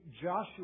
Joshua